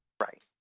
right